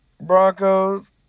Broncos